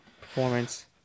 performance